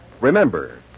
remember